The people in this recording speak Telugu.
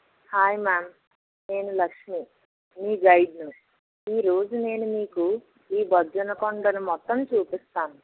హాయ్ మ్యామ్ నేను లక్ష్మి మీ గైడ్ను ఈరోజు నేను మీకు ఈ బొజ్జన్న కొండను మొత్తం చూపిస్తాను